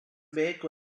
beheko